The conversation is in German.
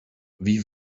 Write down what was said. wie